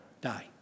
Die